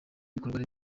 w’ibikorwa